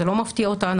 זה לא מפתיע אותנו.